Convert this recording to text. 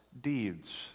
deeds